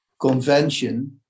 convention